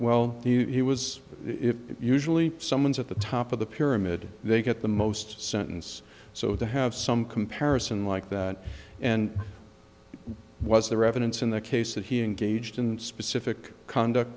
well he was usually someone's at the top of the pyramid they get the most sentence so the have some comparison like that and was there evidence in the case that he engaged in specific conduct